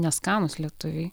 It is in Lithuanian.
neskanūs lietuviui